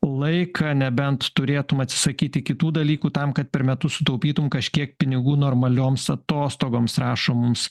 laiką nebent turėtum atsisakyti kitų dalykų tam kad per metus sutaupytum kažkiek pinigų normalioms atostogoms rašo mums